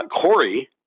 Corey